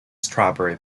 strawberry